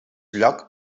lloc